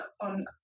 on